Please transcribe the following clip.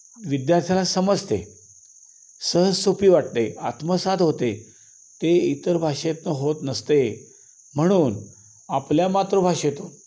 विद्यार्थ्याला समजते सहज सोपी वाटते आत्मसात होते ते इतर भाषेतनं होत नसते म्हणून आपल्या मातृभाषेतून